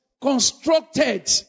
constructed